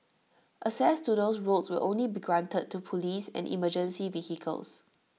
access to those roads will only be granted to Police and emergency vehicles